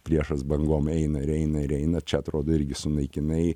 priešas bangom eina ir eina ir eina čia atrodo irgi sunaikinai